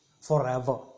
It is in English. forever